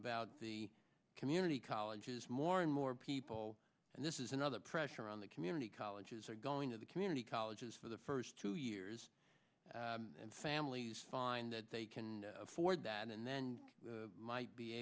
about the community colleges more and more people and this is another pressure on the community colleges are going to the community colleges for the first two years and families find that they can afford that and then might be